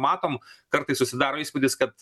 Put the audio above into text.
matom kartais susidaro įspūdis kad